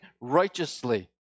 righteously